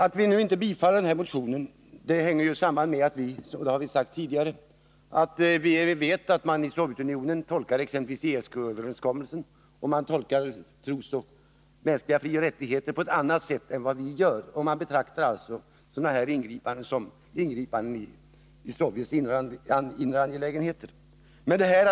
Att vi inte tillstyrkt denna motion hänger samman med att vi vet — och det har vi sagt tidigare — att man i Sovjet tolkar exempelvis ESK-överenskommelsen samt trosrättigheter och mänskliga frioch rättigheter på ett annat sätt än vad vi gör. Man betraktar alltså sådana här ingripanden som inblandning i Sovjets inre angelägenheter.